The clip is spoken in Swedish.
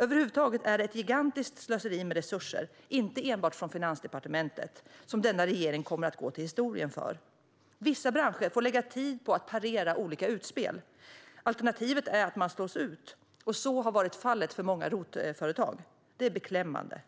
Över huvud taget är det ett gigantiskt slöseri med resurser, inte enbart från Finansdepartementets sida, som denna regering kommer att gå till historien för. Vissa branscher får lägga tid på att parera olika utspel. Alternativet är att man slås ut, och så har varit fallet för många ROT-företag. Det är beklämmande.